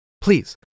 please